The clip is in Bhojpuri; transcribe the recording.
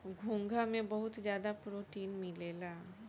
घोंघा में बहुत ज्यादा प्रोटीन मिलेला